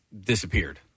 disappeared